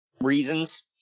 reasons